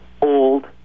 Old